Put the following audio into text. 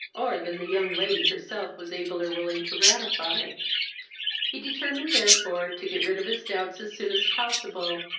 or than the young lady herself was able or willing to ratify he determined therefore to get rid of his doubts as soon as possible,